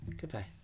Goodbye